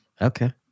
Okay